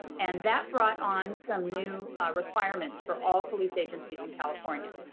and that brought on some new requirements for all police agencies in california,